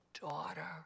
daughter